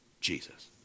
Jesus